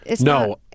No